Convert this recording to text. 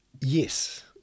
Yes